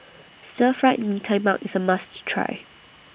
Stir Fried Mee Tai Mak IS A must Try